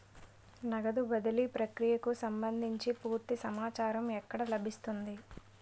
నగదు బదిలీ ప్రక్రియకు సంభందించి పూర్తి సమాచారం ఎక్కడ లభిస్తుంది?